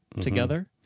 together